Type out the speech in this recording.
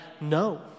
no